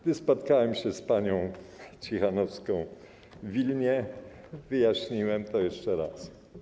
Gdy spotkałem się z panią Cichanouską w Wilnie, wyjaśniłem to jeszcze raz.